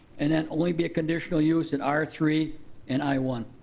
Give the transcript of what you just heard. and then only be a conditional use in r three and i one.